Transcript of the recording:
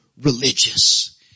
religious